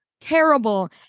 terrible